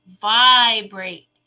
vibrate